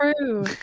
true